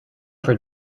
for